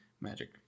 magic